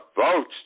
votes